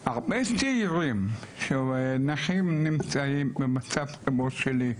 הרבה צעירים שנכים נמצאים במצב כמו שלי,